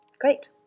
Great